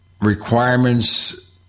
requirements